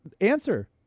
answer